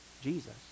jesus